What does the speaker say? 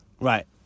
Right